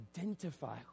identify